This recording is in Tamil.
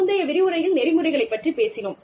முந்தைய விரிவுரையில் நெறிமுறைகளைப் பற்றிப் பேசினோம்